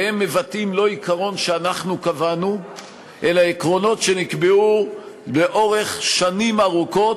והם מבטאים לא עיקרון שאנחנו קבענו אלא עקרונות שנקבעו לאורך שנים רבות,